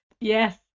Yes